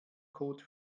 code